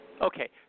Okay